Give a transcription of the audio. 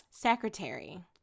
secretary